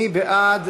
מי בעד?